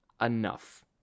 enough